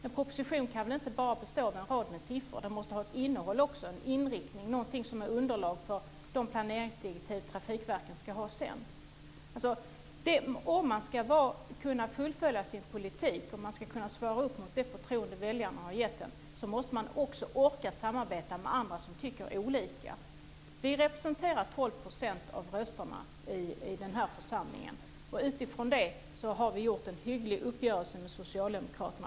En proposition kan väl inte bara bestå av en rad siffror, utan den måste också ha ett innehåll - en inriktning, någonting som är underlag för de planeringsdirektiv som trafikverken sedan ska ha. För att kunna fullfölja sin politik och för att kunna svara upp mot det förtroende som väljarna gett en måste man också orka samarbeta med andra som tycker olika. Vi representerar 12 % av rösterna i denna församling. Utifrån det har vi träffat en hygglig uppgörelse med Socialdemokraterna.